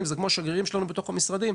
הם כמו השגרירים שלנו בתוך המשרדים,